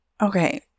Okay